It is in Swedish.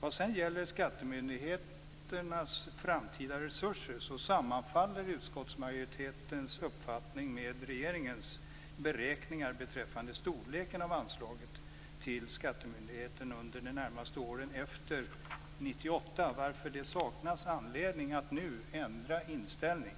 Vad sedan gäller skattemyndigheternas framtida resurser så sammanfaller utskottsmajoritetens uppfattning med regeringens beräkningar beträffande storleken på anslaget till skattemyndigheterna under de närmaste åren efter 1998, varför det saknas anledning att nu ändra inställning.